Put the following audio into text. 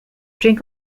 drink